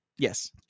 yes